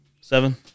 Seven